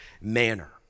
manner